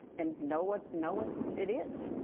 and know what know what it is.